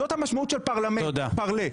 זאת המשמעות של פרלמנט פארלה.